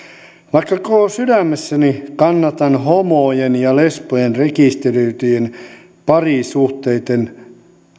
vaikka koko sydämestäni kannatan homojen ja lesbojen rekisteröityjen parisuhteiden